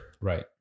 Right